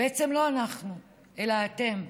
בעצם לא אנחנו אלא אתם,